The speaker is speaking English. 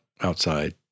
Outside